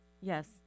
yes